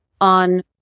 on